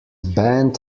banned